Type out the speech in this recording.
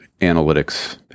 analytics